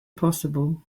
possible